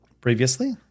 Previously